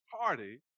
party